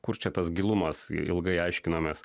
kur čia tas gilumas ilgai aiškinomės